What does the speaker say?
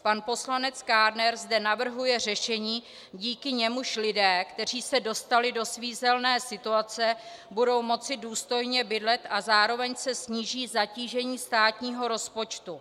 Pan poslanec Kádner zde navrhuje řešení, díky němuž lidé, kteří se dostali do svízelné situace, budou moci důstojně bydlet a zároveň se sníží zatížení státního rozpočtu.